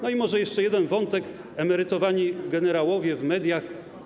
No i może jeszcze jeden wątek: emerytowani generałowie w mediach.